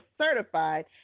certified